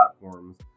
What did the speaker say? platforms